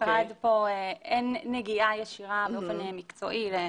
למשרד פה אין נגיעה ישירה באופן מקצועי.